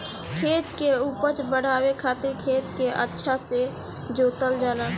खेत के उपज बढ़ावे खातिर खेत के अच्छा से जोतल जाला